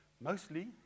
mostly